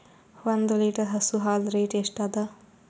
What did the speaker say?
ಒಂದ್ ಲೀಟರ್ ಹಸು ಹಾಲ್ ರೇಟ್ ಎಷ್ಟ ಅದ?